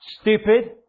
stupid